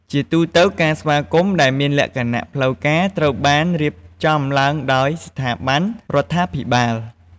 ជាទូទៅការស្វាគមន៍ដែលមានលក្ខណៈផ្លូវការត្រូវបានរៀបចំឡើងដោយ ស្ថាប័ន រដ្ឋាភិបាល។